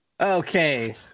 Okay